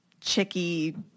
chicky